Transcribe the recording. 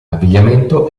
abbigliamento